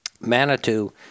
Manitou